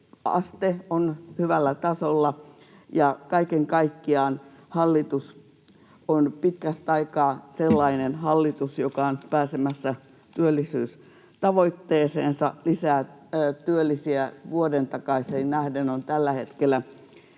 on hyvällä tasolla, ja kaiken kaikkiaan hallitus on pitkästä aikaa sellainen hallitus, joka on pääsemässä työllisyystavoitteeseensa. Lisää työllisiä vuoden takaiseen nähden on tällä hetkellä